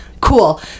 Cool